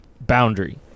boundary